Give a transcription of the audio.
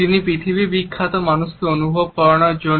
তিনি পৃথিবী বিখ্যাত মানুষকে অনুভব করানোর জন্য